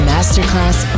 Masterclass